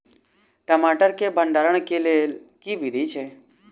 टमाटर केँ भण्डारण केँ लेल केँ विधि छैय?